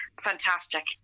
fantastic